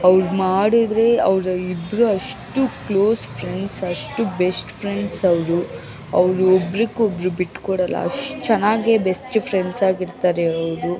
ಅವ್ರು ಮಾಡಿದ್ರೆ ಅವ್ರು ಇಬ್ಬರು ಅಷ್ಟು ಕ್ಲೋಸ್ ಫ್ರೆಂಡ್ಸು ಅಷ್ಟು ಬೆಸ್ಟ್ ಫ್ರೆಂಡ್ಸ್ ಅವರು ಅವರು ಒಬ್ರಿಗೊಬ್ರು ಬಿಟ್ಟು ಕೊಡಲ್ಲ ಅಷ್ಟು ಚೆನ್ನಾಗೆ ಬೆಸ್ಟ್ ಫ್ರೆಂಡ್ಸ್ ಆಗಿರ್ತಾರೆ ಅವರು